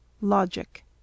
Logic